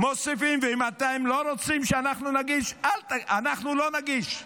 אם אתם לא רוצים שאנחנו נגיש, אנחנו לא נגיש.